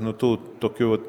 nu tų tokių va